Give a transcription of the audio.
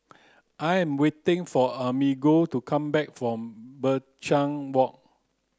I am waiting for Amerigo to come back from Binchang Walk